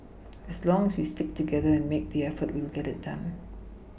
as long as we stick together and make the effort we will get it done